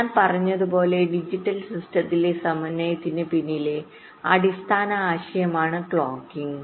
ഞാൻ പറഞ്ഞതുപോലെ ഡിജിറ്റൽ സിസ്റ്റത്തിലെ സമന്വയത്തിന് പിന്നിലെ അടിസ്ഥാന ആശയമാണ് ക്ലോക്കിംഗ്